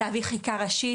להביא חקיקה ראשית,